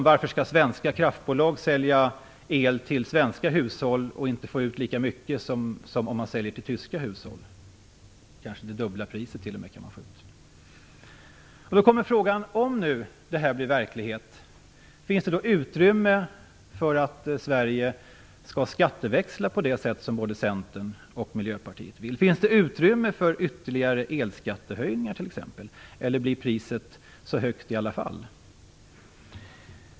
Varför skall svenska kraftbolag sälja el till svenska hushåll och inte få ut lika mycket som om man säljer till tyska hushåll? Man kan kanske t.o.m. få ut det dubbla priset. Om detta blir verklighet, finns det då utrymme för att Sverige skall skatteväxla på det sätt som både Centern och Miljöpartiet vill? Finns det utrymme för ytterligare elskattehöjningar t.ex.? Eller blir priset så högt i alla fall?